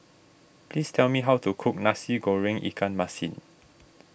please tell me how to cook Nasi Goreng Ikan Masin